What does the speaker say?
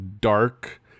dark